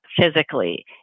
physically